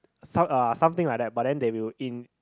some uh something like that but then they will in